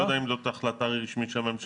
אני לא יודע אם זו החלטה רשמית של הממשלה